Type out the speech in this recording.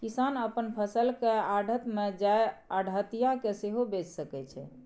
किसान अपन फसल केँ आढ़त मे जाए आढ़तिया केँ सेहो बेचि सकै छै